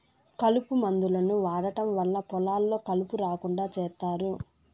కలుపు మందులను వాడటం వల్ల పొలాల్లో కలుపు రాకుండా చేత్తారు